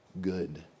good